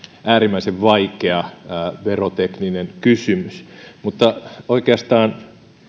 äärimmäisen vaikea verotekninen kysymys mutta oikeastaan